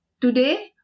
Today